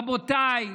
רבותיי,